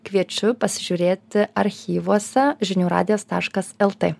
kviečiu pasižiūrėti archyvuose žinių radijas taškas lt